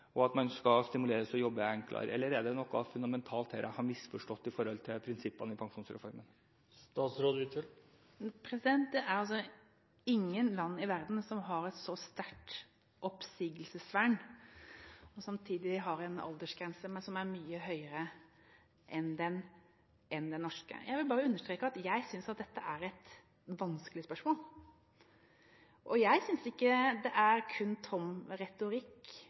og at man enklere skal stimuleres til å jobbe? Eller er det noe fundamentalt her som jeg har misforstått når det gjelder prinsippene i pensjonsreformen? Det er ingen land i verden som har et så sterkt oppsigelsesvern som Norge og samtidig har en aldersgrense som er mye høyere. Jeg vil bare understreke at jeg synes dette er et vanskelig spørsmål. Jeg synes ikke det kun er tom retorikk